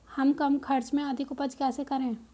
हम कम खर्च में अधिक उपज कैसे करें?